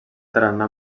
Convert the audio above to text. tarannà